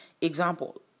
Example